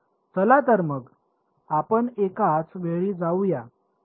चला तर मग आपण एकाच वेळी जाऊ या